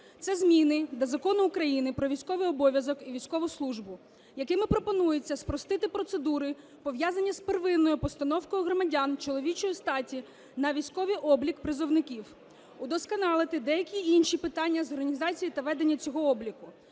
Це зміни до Закону України "Про військовий обов'язок і військову службу", якими пропонується спростити процедури, пов'язані з первинною постановкою громадян чоловічої статі на військовий облік призовників, удосконалити деякі інші питання з організації та ведення цього обліку.